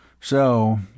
So